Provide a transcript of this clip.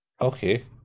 Okay